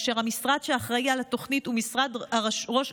והמשרד שאחראי על התוכנית הוא משרד ראש